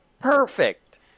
Perfect